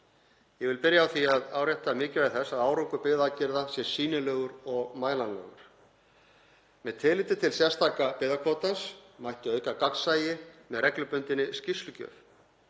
Ég vil byrja á því að árétta mikilvægi þess að árangur byggðaaðgerða sé sýnilegur og mælanlegur. Með tilliti til sérstaka byggðakvótans mætti auka gagnsæi með reglubundinni skýrslugjöf.